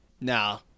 Nah